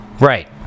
Right